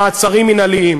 במעצרים מינהליים: